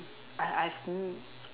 I I've m~